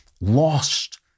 lost